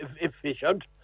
efficient